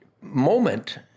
moment